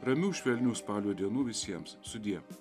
ramių švelnių spalio dienų visiems sudie